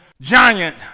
giant